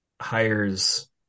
hires